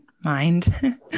mind